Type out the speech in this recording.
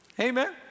amen